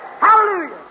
Hallelujah